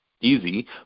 easy